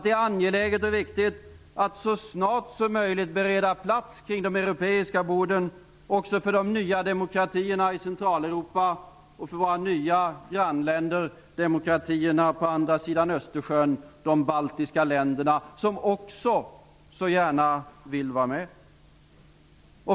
Det är angeläget och viktigt att så snart som möjligt bereda plats kring de europeiska borden också för de nya demokratierna i Centraleuropa och för våra nya grannländer demokratierna på andra sidan Östersjön, de baltiska länderna, som också så gärna vill vara med.